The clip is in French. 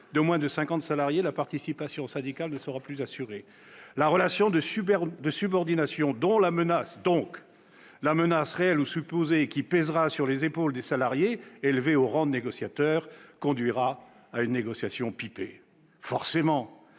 de moins de 50 salariés, la participation syndicale ne sera plus assurée. La relation de subordination, donc la menace, réelle ou supposée, qui pèsera sur les épaules des salariés élevés au rang de négociateurs, conduira forcément à une négociation pipée, ce